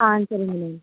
ஆ சரிங்க